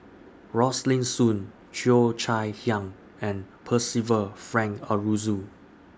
Rosaline Soon Cheo Chai Hiang and Percival Frank Aroozoo